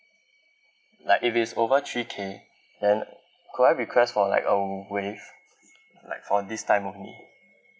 like if it's over three K then could I request for like a waive like for this time only